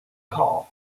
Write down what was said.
call